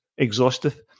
Exhaustive